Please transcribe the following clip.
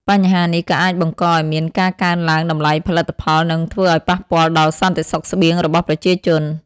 បញ្ហានេះក៏អាចបង្កឲ្យមានការកើនឡើងតម្លៃផលិតផល និងធ្វើឲ្យប៉ះពាល់ដល់សន្តិសុខស្បៀងរបស់ប្រជាជន